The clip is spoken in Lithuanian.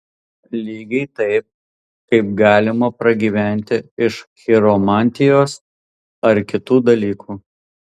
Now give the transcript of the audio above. lygiai taip kaip galima pragyventi iš chiromantijos ar kitų dalykų